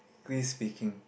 ~ally speaking